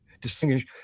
distinguish